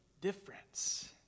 difference